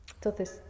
Entonces